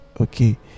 Okay